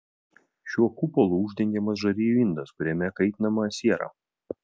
šiuo kupolu uždengiamas žarijų indas kuriame kaitinama siera